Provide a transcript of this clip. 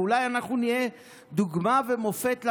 ואולי אנחנו נהיה דוגמה ומופת לממשלה,